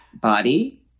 body